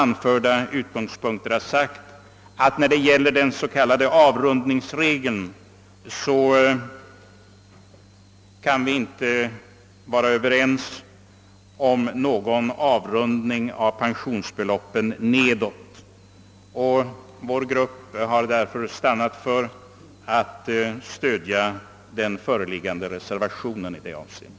När det gäller den s.k. avrundningsregeln kan vi inte vara överens om någon avrundning av pensionsbeloppen nedåt. Vår grupp har därför stannat för att stödja den föreliggande reservationen i det avseendet.